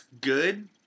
good